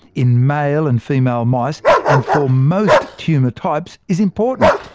in male and female mice, and for most tumour types is important.